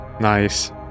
Nice